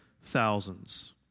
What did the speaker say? thousands